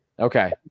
Okay